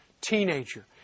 teenager